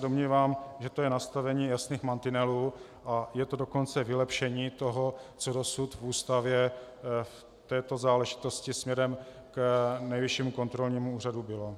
Domnívám se, že to je nastavení jasných mantinelů, a je to dokonce vylepšení toho, co dosud v Ústavě v této záležitosti směrem k Nejvyššímu kontrolnímu úřadu bylo.